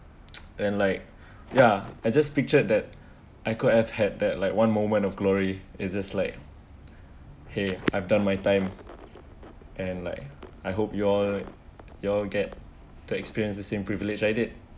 and like ya I just picture that I could have had that like one moment of glory it's just like !hey! I've done my time and like I hope you're you're get to experience the same privilege I did